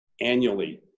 annually